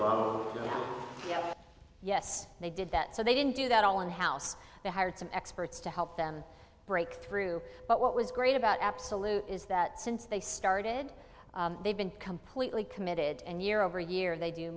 know yes they did that so they didn't do that on house they hired some experts to help them break through but what was great about absolute is that since they started they've been completely committed and year over year they do